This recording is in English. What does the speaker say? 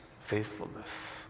faithfulness